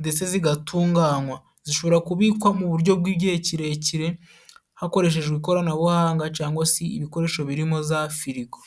ndetse zigatunganywa, zishobora kubikwa mu buryo bw'igihe kirekire, hakoreshejwe ikoranabuhanga, cyangwa se ibikoresho birimo za firigo.